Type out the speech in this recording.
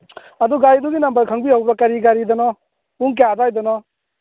ꯑꯗꯨ ꯒꯥꯔꯤꯗꯨꯒꯤ ꯅꯝꯕꯔ ꯈꯪꯕꯤꯍꯧꯕ꯭ꯔꯥ ꯀꯔꯤ ꯒꯥꯔꯤꯗꯅꯣ ꯄꯨꯡ ꯀꯌꯥ ꯑꯗ꯭ꯋꯥꯏꯗꯅꯣ